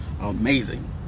amazing